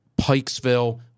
Pikesville